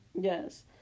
Yes